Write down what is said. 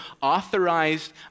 authorized